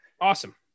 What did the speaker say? Awesome